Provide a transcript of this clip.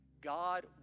God